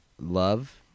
love